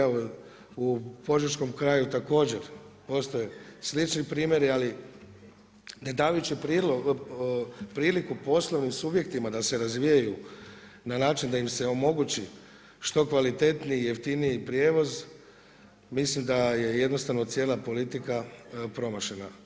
Evo u požeškom kraju također postoje slični primjeri ali ne davajući priliku poslovnim subjektima da se razvijaju na način da im se omogući što kvalitetniji i jeftiniji prijevoz mislim da je jednostavno cijela politika promašena.